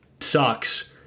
sucks